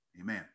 amen